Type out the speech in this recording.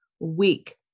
week